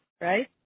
Right